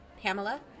Pamela